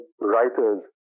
writers